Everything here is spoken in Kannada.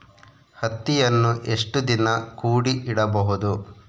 ಹತ್ತಿಯನ್ನು ಎಷ್ಟು ದಿನ ಕೂಡಿ ಇಡಬಹುದು?